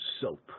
soap